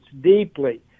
deeply